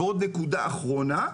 ועוד נקודה אחרונה,